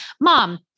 mom